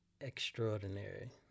extraordinary